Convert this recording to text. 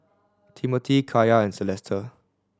Timmothy Kaya and Celesta